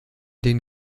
den